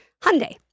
Hyundai